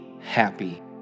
happy